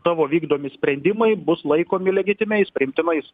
tavo vykdomi sprendimai bus laikomi legitimiais priimtinais